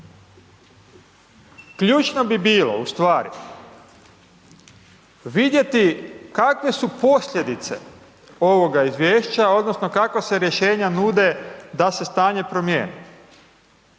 Ključno bi bilo, ustvari, vidjeti kakve su posljedice ovoga izvješća, odnosno kakva se rješenja nude da se stanje promijeni?